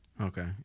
okay